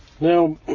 Now